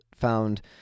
found